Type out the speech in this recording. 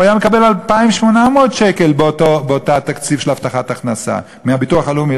הוא היה מקבל 2,800 שקל באותו תקציב של הבטחת הכנסה מהביטוח הלאומי,